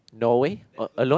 Norway or alone